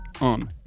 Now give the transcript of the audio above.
on